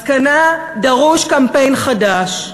מסקנה: דרוש קמפיין חדש.